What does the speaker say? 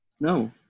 No